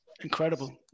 incredible